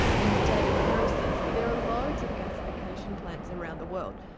and david harris says there are loads of gasification plants around the world,